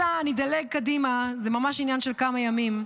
אדלג קדימה, זה ממש עניין של כמה ימים.